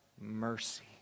mercy